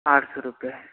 आठ सए रूपआ